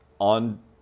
on